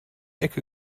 ecke